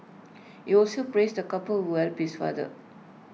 he also praised the couple who helped his father